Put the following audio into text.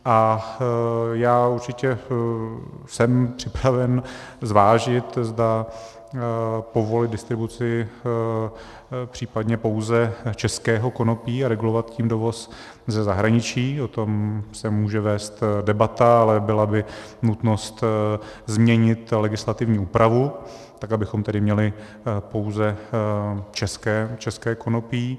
A já určitě jsem připraven zvážit, zda povolit distribuci případně pouze českého konopí a regulovat tím dovoz ze zahraničí, o tom se může vést debata, ale byla by nutnost změnit legislativní úpravu tak, abychom tedy měli pouze české konopí.